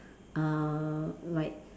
uh like